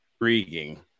intriguing